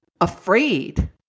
afraid